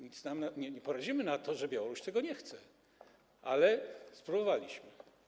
Nic nie poradzimy na to, że Białoruś tego nie chce, ale spróbowaliśmy.